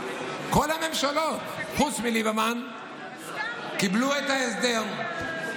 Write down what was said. כל הממשלות חוץ מליברמן קיבלו את ההסדר.